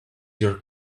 your